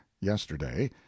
yesterday